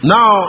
Now